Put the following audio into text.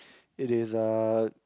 it is uh